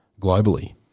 globally